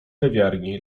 kawiarni